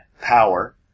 power